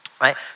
right